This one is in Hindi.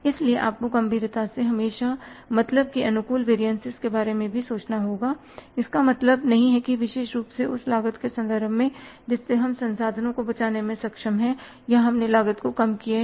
इसलिए आपको गंभीरता से हमेशा मतलब कि अनुकूल वेरीआंसस के बारे में सोचना होगा इसका मतलब नहीं है विशेष रूप से उस लागत के संदर्भ में नहीं है जिससे हम संसाधनों को बचाने में सक्षम हैं या हमने लागत को कम किया है